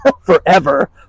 forever